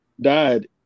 died